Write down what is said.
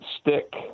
stick